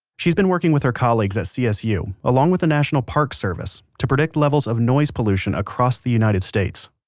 she's been working with her colleagues at csu, along with the national parks service, to predict levels of noise pollution across the united states